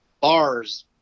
bars